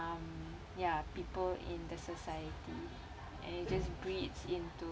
um ya people in the society and it just breeds into